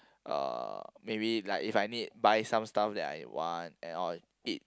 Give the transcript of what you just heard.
uh maybe like if I need buy some stuff that I want and or eat